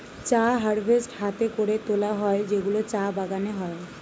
চা হারভেস্ট হাতে করে তোলা হয় যেগুলো চা বাগানে হয়